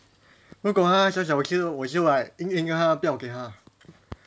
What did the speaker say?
如果他小小只我就 like 硬硬他不要给他